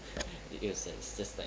it was like it's just like